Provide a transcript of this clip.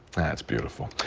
that's beautiful.